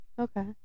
okay